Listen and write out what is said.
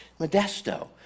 Modesto